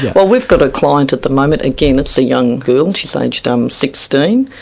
well we've got a client at the moment, again it's a young girl she's aged um sixteen.